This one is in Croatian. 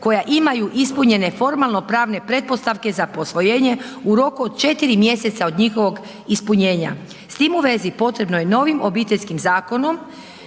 koja imaju ispunjenje formalno pravne pretpostavke za posvojenje u roku od 4 mj. od njihovog ispunjenja. S tim u vezi potrebno je novim obiteljskim zakonom